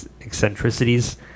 eccentricities